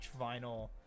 vinyl